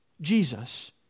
Jesus